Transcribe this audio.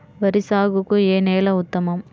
వరి సాగుకు ఏ నేల ఉత్తమం?